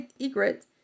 egret